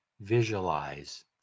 visualize